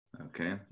okay